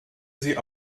sie